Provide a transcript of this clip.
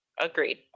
Agreed